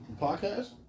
podcast